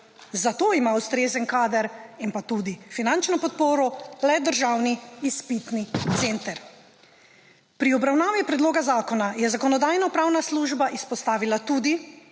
Za to ima ustrezen kader in pa tudi finančno podporo le Državni izpitni center. Pri obravnavi predloga zakona je Zakonodajno-pravna služba izpostavila tudi,